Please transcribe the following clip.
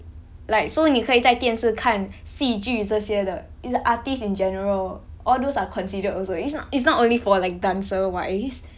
like so 你可以在电视看戏剧这些的 it's the artiste in general all those are considered also it's not it's not only for like dancer wise